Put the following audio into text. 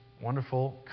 Wonderful